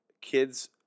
kids